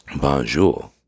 Bonjour